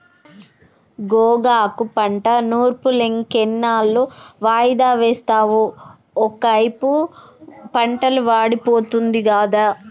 గోగాకు పంట నూర్పులింకెన్నాళ్ళు వాయిదా వేస్తావు ఒకైపు పంటలు వాడిపోతుంది గదా